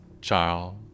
Charles